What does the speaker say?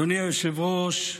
אדוני היושב-ראש,